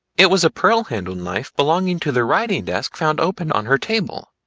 it was a pearl-handled knife belonging to the writing desk found open on her table,